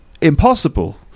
impossible